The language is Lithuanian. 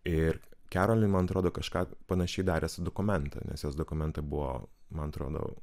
ir kerolin man atrodo kažką panašiai darė su dokumenta nes jos dokumenta buvo man atrodo